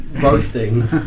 Boasting